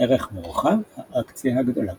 ערך מורחב – האקציה הגדולה